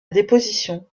déposition